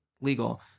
legal